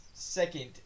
Second